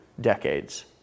decades